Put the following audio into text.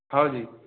हाँ जी